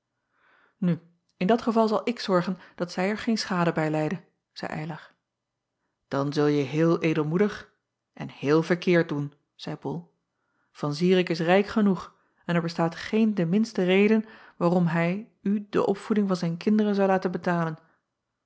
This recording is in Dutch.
in dat geval zal ik zorgen dat zij er geen schade bij lijde zeî ylar an zulje heel edelmoedig en heel verkeerd doen zeî ol an irik is rijk genoeg en er bestaat geen de minste reden waarom hij u de opvoeding van zijn kinderen zou laten betalen